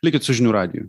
likit su žinių radiju